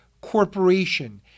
corporation